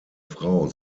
frau